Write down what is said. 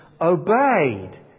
obeyed